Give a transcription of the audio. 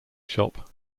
shop